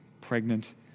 pregnant